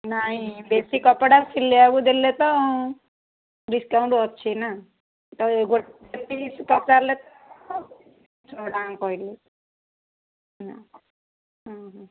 ନାଇଁ ବେଶୀ କପଡ଼ା ସିଲେଇବାକୁ ଦେଲେ ତ ଡିସକାଉଣ୍ଟ୍ ଅଛି ନା ତ ଗୋଟେ ପିସ୍ ପଚାରିଲେ ହଁ ମୁଁ ଦାମ୍ କହିଲି ନା ଅଁ ହଁ